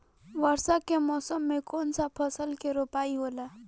वर्षा के मौसम में कौन सा फसल के रोपाई होला?